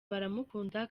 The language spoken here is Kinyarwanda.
baramukunda